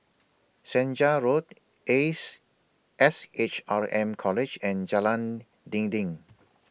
Senja Road Ace S H R M College and Jalan Dinding